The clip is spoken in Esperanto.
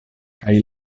kaj